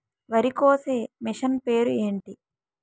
వరి కోసే మిషన్ పేరు ఏంటి